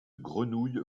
grenouille